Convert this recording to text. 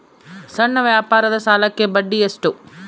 ಸಣ್ಣ ವ್ಯಾಪಾರದ ಸಾಲಕ್ಕೆ ಬಡ್ಡಿ ಎಷ್ಟು?